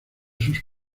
sus